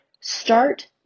start